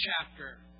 chapter